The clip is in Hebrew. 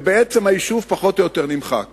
ובעצם היישוב פחות או יותר נמחק.